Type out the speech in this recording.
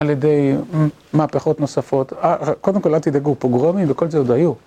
על ידי מהפכות נוספות. קודם כל אל תדאגו, פוגרומים וכל זה עוד היו